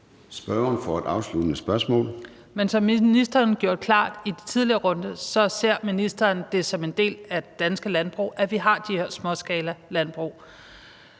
Franciska Rosenkilde (ALT): Men som ministeren gjorde det klart i den tidligere runde, ser ministeren det som en del af det danske landbrug, at vi har de her småskalalandbrug.